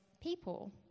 people